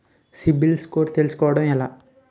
CIBIL score తెల్సుకోటం ఎలా?